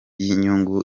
inyungu